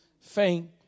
faint